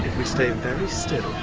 we stay very still,